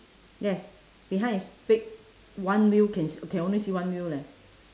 yes behind is big one wheel can can only see one wheel leh